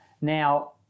Now